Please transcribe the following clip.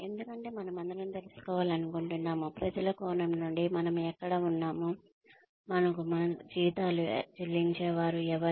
ఎందుకంటే మనమందరం తెలుసుకోవాలనుకుంటున్నాము ప్రజల కోణం నుండి మనం ఎక్కడ ఉన్నాము మనకు మన జీతాలు చెల్లించేవారు ఎవరు